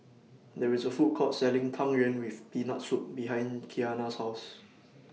There IS A Food Court Selling Tang Yuen with Peanut Soup behind Qiana's House